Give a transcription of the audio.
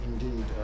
indeed